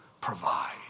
provide